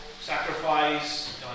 sacrifice